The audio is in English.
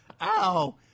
Ow